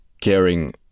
caring